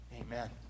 Amen